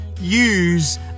use